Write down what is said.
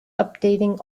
updating